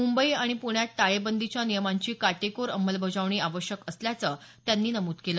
मुंबई आणि पुण्यात टाळेबंदीच्या नियमांची काटेकोर अंमलबजावणी आवश्यक असल्याचं त्यांनी नमूद केलं